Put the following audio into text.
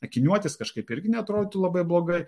akiniuotis kažkaip irgi neatrodytų labai blogai